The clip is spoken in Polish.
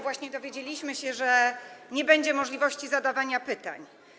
Właśnie dowiedzieliśmy się, że nie będzie możliwości zadawania pytań.